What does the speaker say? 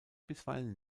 bisweilen